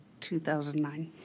2009